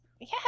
Yes